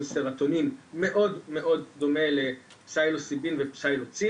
סרטונין מאוד דומה לפסילוציבין ופסילוציב,